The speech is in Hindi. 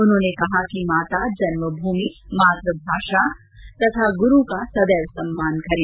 उन्होंने कहा कि माता जन्मभूमि मातभाषा तथा गुरू का सदैव सम्मान करें